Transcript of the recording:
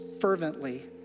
fervently